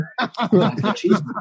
cheeseburger